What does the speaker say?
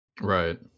Right